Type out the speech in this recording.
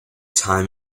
time